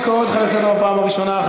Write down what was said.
אני קורא אותך לסדר בפעם הראשונה.